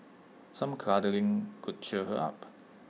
some cuddling could cheer her up